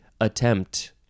attempt